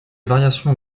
variations